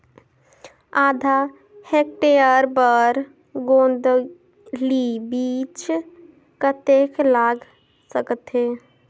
आधा हेक्टेयर बर गोंदली बीच कतेक लाग सकथे?